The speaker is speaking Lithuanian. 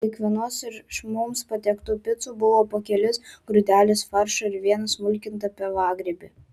ant kiekvienos iš mums patiektų picų buvo po kelis grūdelius faršo ir vieną smulkintą pievagrybį